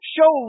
Show